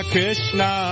Krishna